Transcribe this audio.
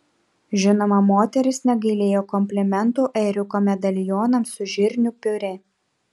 žinoma moteris negailėjo komplimentų ėriuko medalionams su žirnių piurė